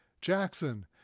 Jackson